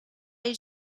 did